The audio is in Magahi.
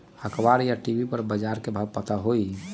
अखबार या टी.वी पर बजार के भाव पता होई?